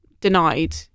denied